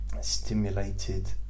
stimulated